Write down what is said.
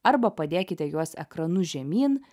arba padėkite juos ekranu žemyn